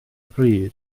pryd